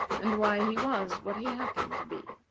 and why he was what he happened to be.